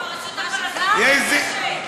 ברשות הפלסטינית יש נשק.